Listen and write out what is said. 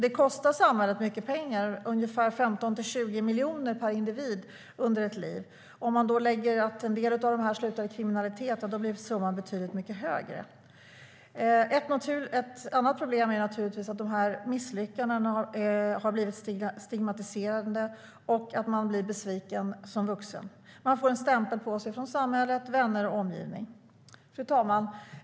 Det kostar samhället mycket pengar - ungefär 15-20 miljoner per individ under ett liv. Om man till det lägger att en del av dessa individer hamnar i kriminalitet blir summan betydligt högre. Fru talman!